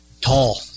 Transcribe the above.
Tall